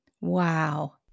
Wow